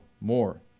more